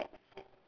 like